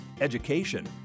education